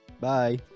Bye